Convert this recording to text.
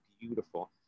beautiful